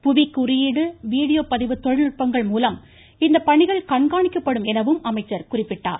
புவி குறியீடு வீடியோ பதிவு தொழில் நுட்பங்கள் மூலம் இப்பணிகள் கண்காணிக்கப்படும் எனவும் அமைச்சர் குறிப்பிட்டார்